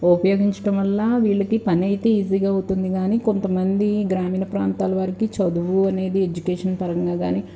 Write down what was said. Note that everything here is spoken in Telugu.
ఉపయోగించటం వల్ల వీళ్ళకి పనైతే ఈజీగా అవుతుంది కానీ కొంతమంది గ్రామీణ ప్రాంతాల వారికి చదువు అనేది ఎడ్యుకేషన్ పరంగా కాని